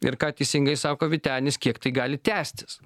ir ką teisingai sako vytenis kiek tai gali tęstis